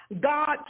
God